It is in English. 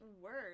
Word